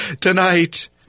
Tonight